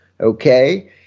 okay